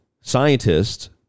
scientists